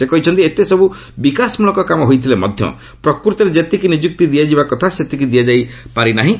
ସେ କହିଛନ୍ତି ଏତେସବୁ ବିକାଶମୂଳକ କାମ ହୋଇଥିଲେ ମଧ୍ୟ ପ୍ରକୃତରେ ଯେତିକି ନିଯୁକ୍ତି ଦିଆଯିବା କଥା ସେତିକି ଦିଆଯାଇପାରି ନାହିଁ